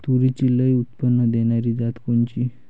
तूरीची लई उत्पन्न देणारी जात कोनची?